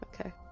Okay